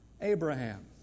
Abraham